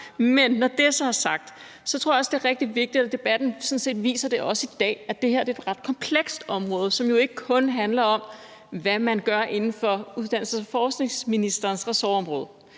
Men når det så er sagt, tror jeg også, det er rigtig vigtigt, og debatten viser det sådan set også i dag, at sige, at det her er et ret komplekst område, som jo ikke kun handler om, hvad man gør inden for uddannelses- og forskningsministerens ressortområde.